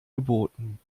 geboten